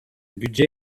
budget